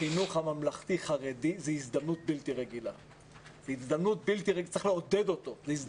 החינוך הממלכתי חרדי זאת הזדמנות בלי רגילה וצריך לעודד אותו.